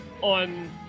on